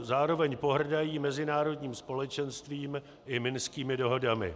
Zároveň pohrdají mezinárodním společenstvím i minskými dohodami.